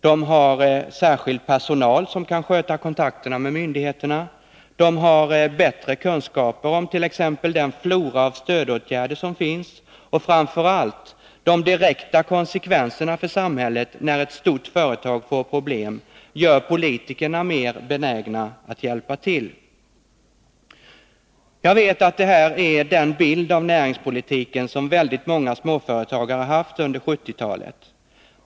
De har särskild personal som kan sköta kontakterna med myndigheterna. De har bättre kunskaper om t.ex. den flora av stödåtgärder som finns. Men framför allt: De direkta konsekvenserna för samhället när ett stort företag får problem gör politikerna mer benägna att hjälpa till. Jag vet att det här är den bild av näringspolitiken som väldigt många småföretagare haft under 1970-talet.